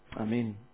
Amen